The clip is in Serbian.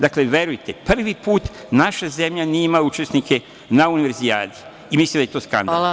Dakle, verujete, prvi put naša zemlja nije imala učesnike na Univerzijadi i mislim da je to skandal.